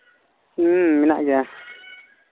ᱦᱮᱸ ᱢᱮᱱᱟᱜ ᱜᱮᱭᱟ